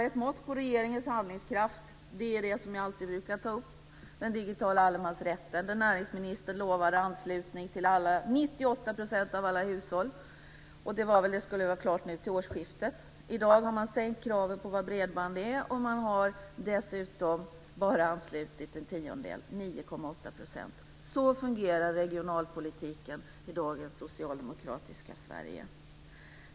Ett mått på regeringens handlingskraft är det som jag alltid brukar ta upp, den digitala allemansrätten. Näringsministern lovade anslutning för 98 % av alla hushåll, och det skulle vara klart nu till årsskiftet. I dag har man sänkt kravet på vad bredband är, och man har dessutom bara anslutit en tiondel, 9,8 %. Så fungerar regionalpolitiken i dagens socialdemokratiska Sverige.